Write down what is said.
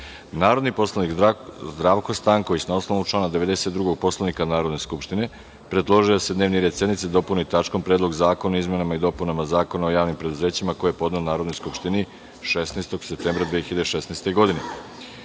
predlog. Narodni poslanik Zdravko Stanković, na ovnovu člana 92. Poslovnika Narodne skupštine, predložio je da se dnevni red sednice dopuni tačkom Predlog zakona o izmenama i dopunama Zakona o javnim preduzećima, koji je podneo Narodnoj skupštini 16. septembra 2016. godine. Da